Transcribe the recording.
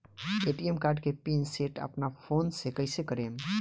ATM card के PIN set अपना phone से कइसे करेम?